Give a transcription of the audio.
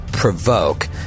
Provoke